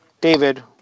David